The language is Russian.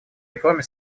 реформе